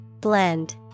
Blend